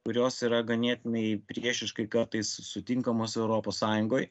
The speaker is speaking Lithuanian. kurios yra ganėtinai priešiškai kartais sutinkamos europos sąjungoj